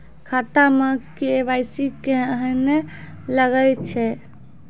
खाता मे के.वाई.सी कहिने लगय छै?